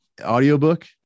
Audiobook